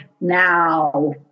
now